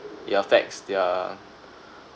it affects their